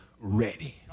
ready